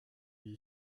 wie